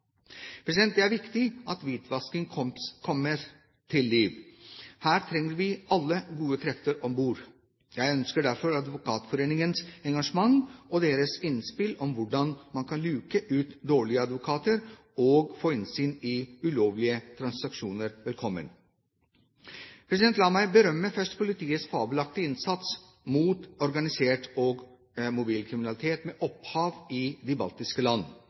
Det er viktig at man kommer hvitvasking til livs. Her trenger vi alle gode krefter om bord. Jeg ønsker derfor Advokatforeningens engasjement og deres innspill om hvordan man kan luke ut dårlige advokater og få innsyn i ulovlige transaksjoner, velkommen. La meg først berømme politiets fabelaktige innsats mot organisert og mobil kriminalitet med opphav i de baltiske land.